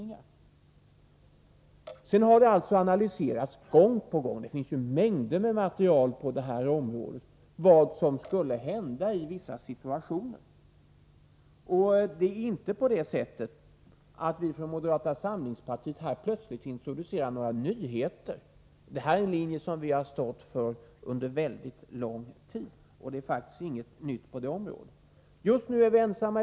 Gång på gång har det analyserats — det finns mängder av material på det här området — vad som skulle hända i vissa situationer. Det förhåller sig inte på det sättet att vi ftrån moderata samlingspartiet här plötsligt introducerar några nyheter. Det här är tvärtom en linje som vi stått för under väldigt lång tid. Just nu är vi ensamma.